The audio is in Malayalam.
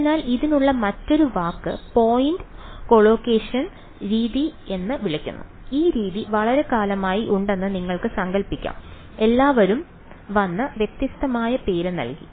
അതിനാൽ ഇതിനുള്ള മറ്റൊരു വാക്ക് പോയിന്റ് കൊളോക്കേഷൻ രീതി എന്ന് വിളിക്കുന്നു ഈ രീതി വളരെക്കാലമായി ഉണ്ടെന്ന് നിങ്ങൾക്ക് സങ്കൽപ്പിക്കാം എല്ലാവരും വന്ന് വ്യത്യസ്തമായ പേര് നൽകി